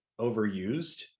overused